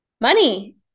money